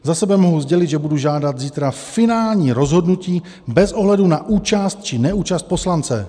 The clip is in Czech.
Za sebe mohu sdělit, že budu žádat zítra finální rozhodnutí bez ohledu na účast či neúčast poslance.